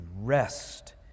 rest